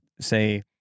say